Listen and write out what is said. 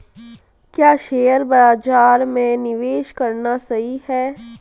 क्या शेयर बाज़ार में निवेश करना सही है?